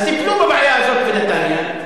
אז טיפלו בבעיה הזאת בנתניה.